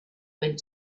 went